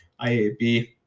IAB